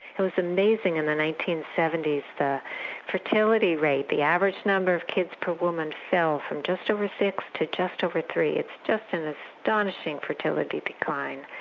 it was amazing in the nineteen seventy s, the fertility rate, the average number of kids per woman fell from just over six to just over three, it's just an astonishing fertility decline.